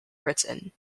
britain